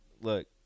Look